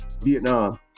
Vietnam